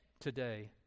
today